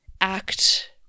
act